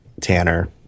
Tanner